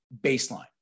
baseline